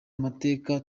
amateka